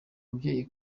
umubyeyi